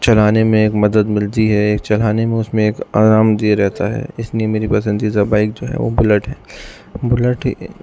چلانے میں ایک مدد ملتی ہے ایک چلانے میں ایک آرام دہ رہتا ہے اس لیے میری پسندیدہ بائک جو ہے وہ بلٹ ہے بلٹ